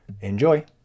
Enjoy